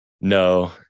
No